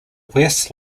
west